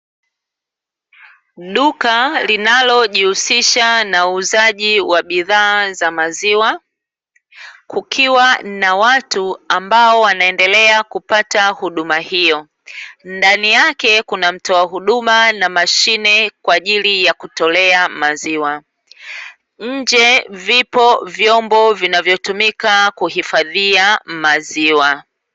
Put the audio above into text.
Duka linalojihusisha na uuzaji wa bidhaa za maziwa, kukiwa na watu ambao wanaendelea kupata huduma hiyo, ndani yake kuna mtoa huduma na mashine kwa ajili ya kutolea maziwa, nje vipo vyombo vinavyotumika kwa ajili ya kuhifadhia maziwa.